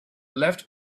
left